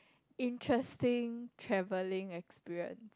interesting travelling experience